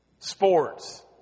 Sports